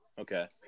Okay